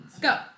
Go